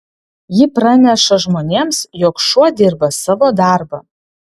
ji praneša žmonėms jog šuo dirba savo darbą